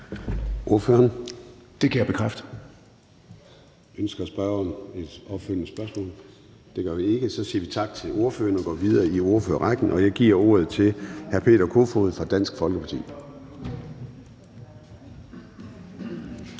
(Søren Gade): Ønsker spørgeren et opfølgende spørgsmål? Det gør man ikke, så vi siger tak til ordføreren og går videre i ordførerrækken, og jeg giver ordet til hr. Peter Kofod fra Dansk Folkeparti.